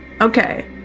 Okay